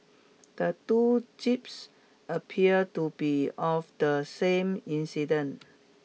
the two appear to be of the same incident